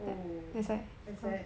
oh that's sad